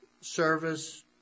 service